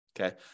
okay